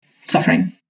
suffering